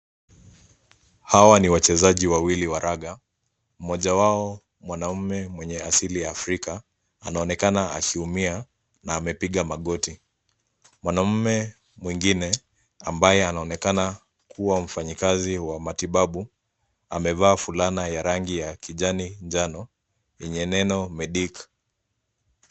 Hawa ni wachezaji wawili wa raga. Mmoja wao, mwanaume mwenye asili ya Afrika, anaonekana akiumia na amepiga magoti. Mwanamme mwingine ambaye anaonekana kuwa mfanyikazi wa matibabu, amevaa fulana ya rangi ya kijani, njano, yenye neno medic .